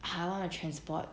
power of transport